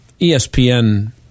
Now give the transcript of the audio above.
ESPN –